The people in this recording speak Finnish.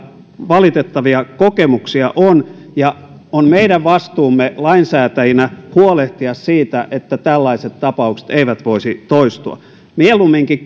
valitettavia kokemuksia on ja on meidän vastuumme lainsäätäjinä huolehtia siitä että tällaiset tapaukset eivät voisi toistua mieluumminkin